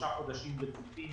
שלושה חודשים רצופים